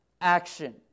action